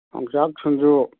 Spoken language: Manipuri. ꯌꯣꯡꯆꯥꯛ ꯁꯤꯡꯖꯨ